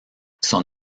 son